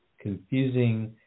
confusing